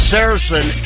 Saracen